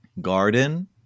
Garden